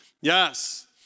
Yes